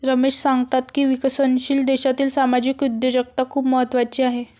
रमेश सांगतात की विकसनशील देशासाठी सामाजिक उद्योजकता खूप महत्त्वाची आहे